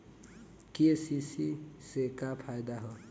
KCC से का फायदा ह?